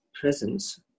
presence